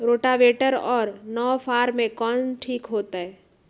Rotavator और नौ फ़ार में कौन ठीक होतै?